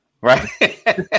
Right